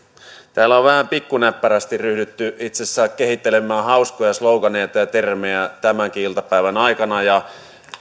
täällä on vähän pikkunäppärästi ryhdytty itsessään kehittelemään hauskoja sloganeita ja termejä tämänkin iltapäivän aikana ja